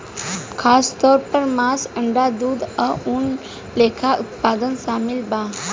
खासतौर पर मांस, अंडा, दूध आ ऊन लेखा उत्पाद शामिल बा